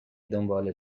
دنباله